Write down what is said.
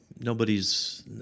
Nobody's